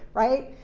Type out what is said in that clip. right?